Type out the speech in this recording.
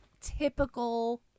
typical